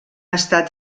estat